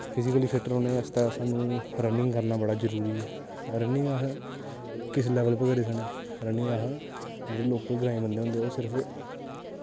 physically fit रौह्ने आस्तै सानूं रनिंग करना बड़ा जरूरी ऐ रनिंग अस किस लैवल उप्पर करी सकने रनिंग अस जेह्के लोकल ग्राईं बंदे होंदे ओह् सिर्फ